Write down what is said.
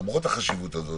למרות החשיבות הזאת,